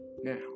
now